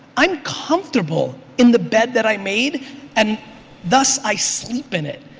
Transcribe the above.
i'm comfortable in the bed that i made and thus i sleep in it.